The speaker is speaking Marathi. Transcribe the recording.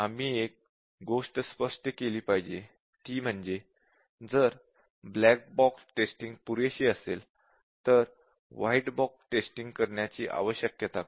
आम्ही एक गोष्ट स्पष्ट केली पाहिजे ती म्हणजे जर ब्लॅक बॉक्स टेस्टिंग पुरेशी केली असेल तर व्हाईट बॉक्स टेस्टिंग करण्याची आवश्यकता आहे का